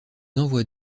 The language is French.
envoient